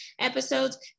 episodes